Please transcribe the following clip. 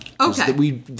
Okay